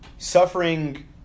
suffering